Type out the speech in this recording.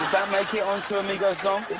like yeah onto a migos song? it